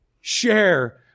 share